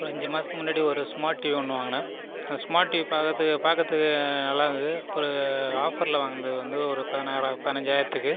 ஒரு அஞ்சு மாதத்துக்கு முன்னாடி ஒரு ஸ்மார்ட் டிவி ஒன்று வாங்கினேன் அந்த ஸ்மார்ட் டிவி பார்க்கறதுக்கு பார்க்கறதுக்கு நல்லா இருந்தது ஒரு ஆஃபரில் வாங்கினது வந்து ஒரு பதினாறாயிரம் பதினைஞ்சாயிரத்துக்கு